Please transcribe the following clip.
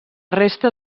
resta